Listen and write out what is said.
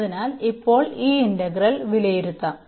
അതിനാൽ ഇപ്പോൾ ഈ ഇന്റഗ്രൽ വിലയിരുത്താം